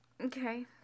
Okay